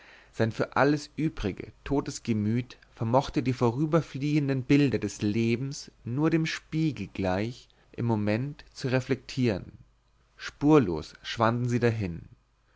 sein für alles übrige totes gemüt vermochte die vorüberfliehenden bilder des lebens nur dem spiegel gleich im moment zu reflektieren spurlos schwanden sie dahin